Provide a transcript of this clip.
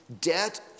debt